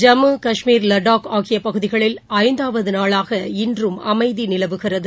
ஜம்மு கஷ்மீர் லடாக் ஆகிய பகுதிகளில் ஐந்தாவது நாளாக இன்றும் அமைதி நிலவுகிறது